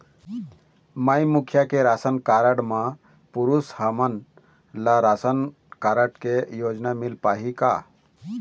माई मुखिया के ration card म पुरुष हमन ला राशन कारड से योजना मिल पाही का?